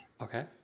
Okay